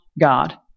God